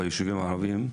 ביישובים הערבים,